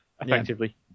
effectively